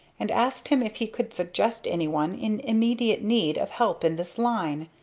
and asked him if he could suggest anyone in immediate need of help in this line.